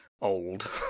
Old